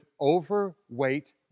overweight